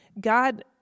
God